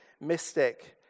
mystic